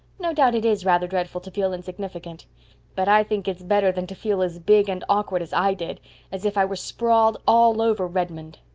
no doubt it is rather dreadful to feel insignificant but i think it's better than to feel as big and awkward as i did as if i were sprawled all over redmond.